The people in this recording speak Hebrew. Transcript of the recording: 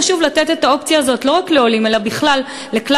חשוב לתת את האופציה הזאת לא רק לעולים אלא לכלל האוכלוסייה,